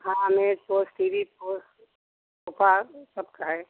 हाँ मेज़पोश TV पोश सोफ़ा सबका है